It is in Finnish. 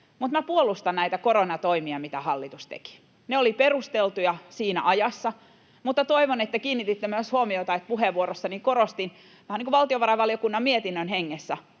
minä puolustan näitä koronatoimia, mitä hallitus teki. Ne olivat perusteltuja siinä ajassa, mutta toivon, että kiinnititte myös huomiota siihen, kun puheenvuorossani korostin, vähän niin kuin valtiovarainvaliokunnan mietinnön hengessä,